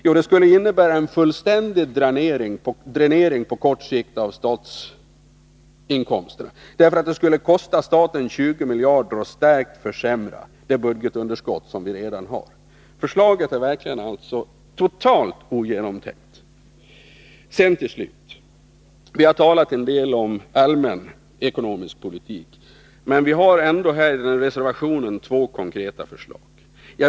Jo, den skulle innebära en fullständig dränering på kort sikt av statsinkomsterna, därför att den skulle kosta staten 20 miljarder och starkt försämra det budgetunderskott vi redan har. Förslaget är verkligen totalt ogenomtänkt. Vi har talat en del om allmän ekonomisk politik, men i reservationen föreligger två konkreta förslag.